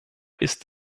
ist